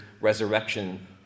resurrection